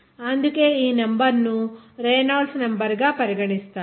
అందుకే ఈ నెంబర్ ను రేనాల్డ్స్ నంబర్ గా పరిగణిస్తారు